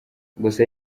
gusa